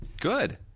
Good